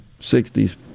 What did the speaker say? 60s